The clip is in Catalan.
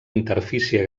interfície